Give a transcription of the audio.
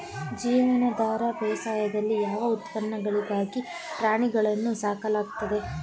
ಜೀವನಾಧಾರ ಬೇಸಾಯದಲ್ಲಿ ಯಾವ ಉತ್ಪನ್ನಗಳಿಗಾಗಿ ಪ್ರಾಣಿಗಳನ್ನು ಸಾಕಲಾಗುತ್ತದೆ?